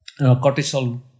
Cortisol